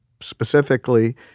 specifically